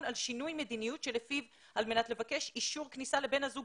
על שינוי מדיניות שלפיו על מנת לבקש אישור כניסה לבן הזוג